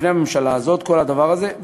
לפני הממשלה הזאת כל הדבר הזה,